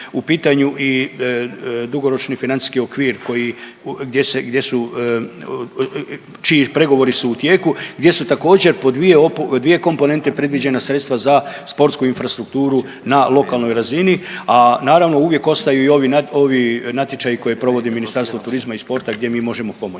u pitanju i dugoročni financijski okvir koji, gdje se, gdje su, čiji pregovori su u tijeku, gdje su također po dvije opo…, dvije komponente predviđena sredstva za sportsku infrastrukturu na lokalnoj razini, a naravno uvijek ostaju i ovi nat…, ovi natječaji koje provodi Ministarstvo turizma i sporta gdje mi možemo pomoći.